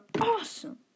awesome